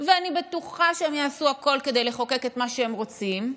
ואני בטוחה שהם יעשו את הכול כדי לחוקק את מה שהם רוצים,